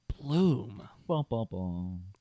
Bloom